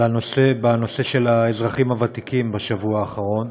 בנושא של האזרחים הוותיקים בשבוע האחרון,